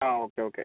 ആ ഓക്കെ ഓക്കെ